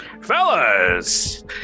Fellas